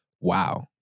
Wow